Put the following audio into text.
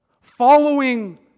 Following